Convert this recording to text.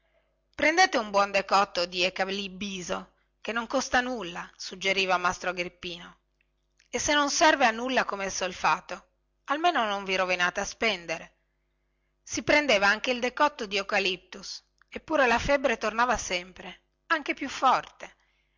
prendete un buon decotto di ecalibbiso che non costa nulla suggeriva massaro agrippino e se non serve a nulla come il solfato almeno non vi rovinate a spendere si prendeva anche il decotto di eucaliptus eppure la febbre tornava sempre anche più forte